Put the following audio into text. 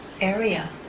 area